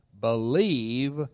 believe